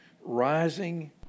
rising